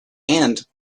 and